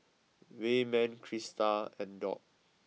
Wayman Crysta and Dock